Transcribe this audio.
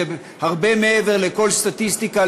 זה הרבה מעבר לכל סטטיסטיקה,